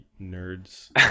Nerds